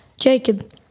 Jacob